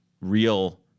real